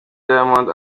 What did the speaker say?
diamond